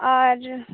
ᱟᱨ